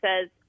says